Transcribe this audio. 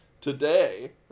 today